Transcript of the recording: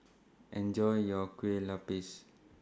Enjoy your Kue Lupis